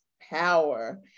power